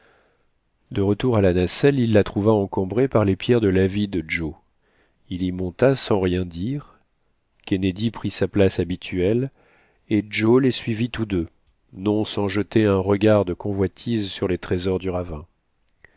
de retour à la nacelle il la trouva encombrée par les pierres de l'avide joe il y monta sans rien dire kennedy prit sa place habituelle et joe les suivit tous deux non sans jeter un regard de convoitise sur les trésors du ravin